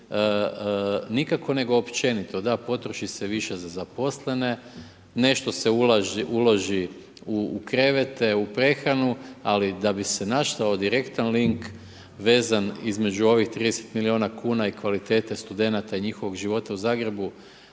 nikako nego općenito. Da, potroši se više za zaposlene, nešto se uloži u krevete, u prehranu ali da bi se našao direktan link vezan između ovih 30 milijuna kn i kvalitete studenata i njihovog života u Zagrebu,